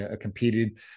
competed